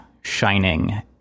shining